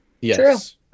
Yes